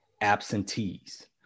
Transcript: absentees